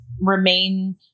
remain